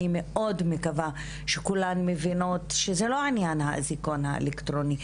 אני מאוד מקווה שכולן מבינות שזה לא עניין האזיקון האלקטרוני,